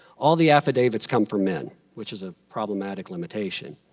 all the affidavits come from men, which is a problematic limitation.